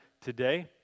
today